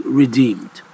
redeemed